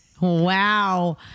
wow